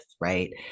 right